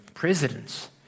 Presidents